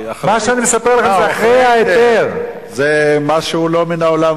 מה שאני מספר לך זה כבר אחרי ההיתר.